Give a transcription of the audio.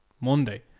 Monday